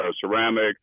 ceramic